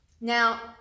Now